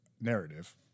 narrative